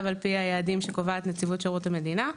על פי היעדים שקובעת נציבות שירות המדינה.